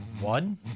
One